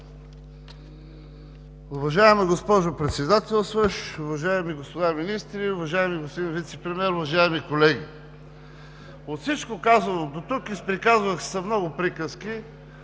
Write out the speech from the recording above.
Уважаема госпожо Председател, уважаеми господа министри, уважаеми господин Вицепремиер, уважаеми колеги! От всичко казано дотук, изприказваха се много приказки,